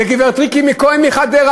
לגברת ריקי כהן מחדרה,